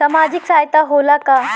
सामाजिक सहायता होला का?